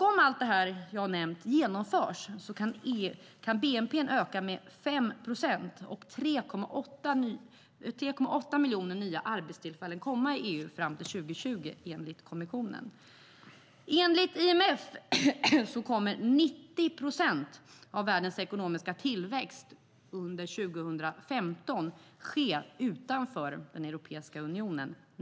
Om allt det som jag har nämnt genomförs kan bnp öka med 5 procent och 3,8 miljoner nya arbetstillfällen skapas i EU fram till 2020, enligt kommissionen. Enligt IMF kommer 90 procent av världens ekonomiska tillväxt under 2015 att ske utanför den europeiska unionen.